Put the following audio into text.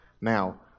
Now